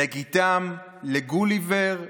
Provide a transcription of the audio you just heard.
לגיתם, לגוליבר,